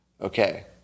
Okay